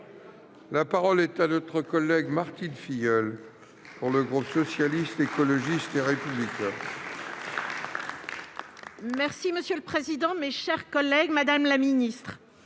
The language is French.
La parole est à Mme Martine Filleul, pour le groupe Socialiste, Écologiste et Républicain.